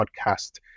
podcast